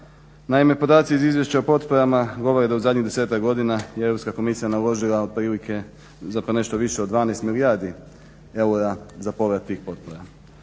Naime, podaci iz Izvješća o potporama govore da u zadnjih 10-ak godina je Europska komisija naložila otprilike zapravo nešto više od 12 milijardi eura za povrat tih potpora.